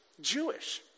Jewish